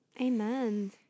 Amen